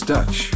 Dutch